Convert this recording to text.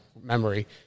memory